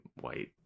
white